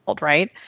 right